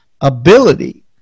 ability